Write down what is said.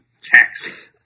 taxi